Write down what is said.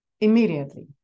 immediately